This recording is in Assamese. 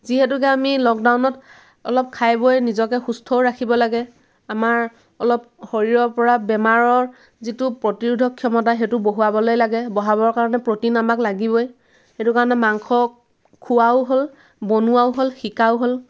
যিহেতুকে আমি লকডাউনত অলপ খাই বৈ নিজকে সুস্থও ৰাখিব লাগে আমাৰ অলপ শৰীৰৰ পৰা বেমাৰৰ যিটো প্ৰতিৰোধক ক্ষমতা সেইটো বঢ়োৱাবলৈ লাগে বঢ়াবৰ কাৰণে প্ৰটিন আমাক লাগিবই সেইটো কাৰণে মাংস খোৱাও হ'ল বনোৱাও হ'ল শিকাও হ'ল